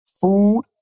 food